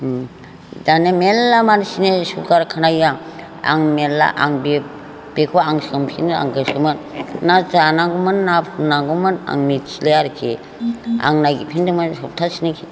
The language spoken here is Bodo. उम दाने मेरला मानसिनि सुगार खोनायो आं आं मेरला आं बे बेखौ आं सोंफिननो आं गोसोमोन ना जानांगौमोन ना फुननांगौमोन आं मिथिले आरोखि आं नायगिरफिनदोंमोन सफ्थासेनि